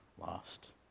lost